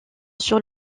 sur